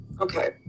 Okay